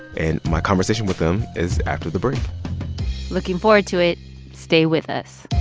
and my conversation with them is after the break looking forward to it stay with us